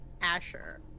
Asher